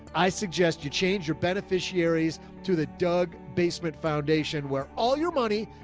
i suggest you change your beneficiaries to the doug basement foundation, where all your money.